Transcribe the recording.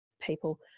people